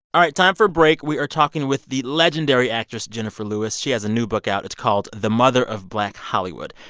all right. time for a break. we are talking with the legendary actress jenifer lewis. she has a new book out. it's called the mother of black hollywood.